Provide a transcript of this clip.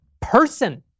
person